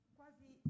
quasi